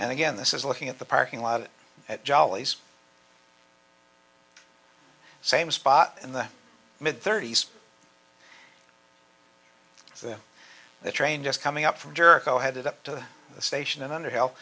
and again this is looking at the parking lot at jolly's same spot in the mid thirties to the train just coming up from jericho headed up to the station and under hell